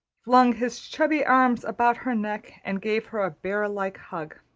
flung his chubby arms about her neck and gave her a bear-like hug.